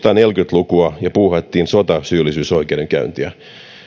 lukua ja puuhattiin sotasyyllisyysoikeudenkäyntiä